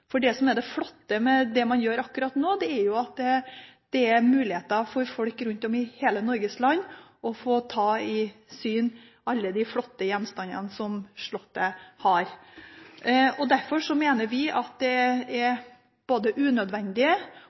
Det flotte med det man gjør akkurat nå, er at det er muligheter for folk rundt om i hele Norges land å få ta i øyesyn alle de flotte gjenstandene som Slottet har. Derfor mener vi at det på det nåværende tidspunkt er unødvendig